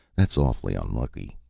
that's awfully unlucky,